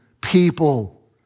people